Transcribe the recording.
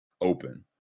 open